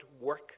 work